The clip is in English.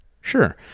Sure